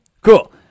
Cool